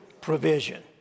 Provision